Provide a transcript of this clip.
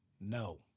no